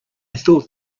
thought